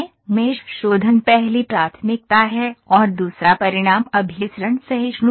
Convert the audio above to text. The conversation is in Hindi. मेष शोधन पहली प्राथमिकता है और दूसरा परिणाम अभिसरण सहिष्णुता है